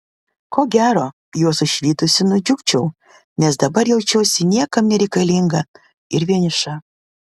ko gero juos išvydusi nudžiugčiau nes dabar jaučiuosi niekam nereikalinga ir vieniša